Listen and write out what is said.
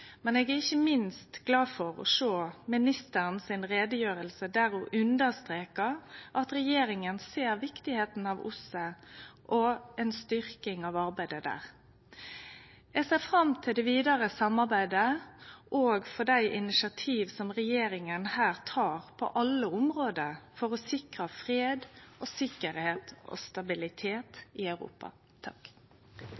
Eg er ikkje minst glad for utgreiinga til ministeren, der ho understreka at regjeringa ser kor viktig OSSE og ei styrking av arbeidet der er. Eg ser fram til det vidare samarbeidet òg for dei initiativa som regjeringa her tek på alle område for å sikre fred, sikkerheit og stabilitet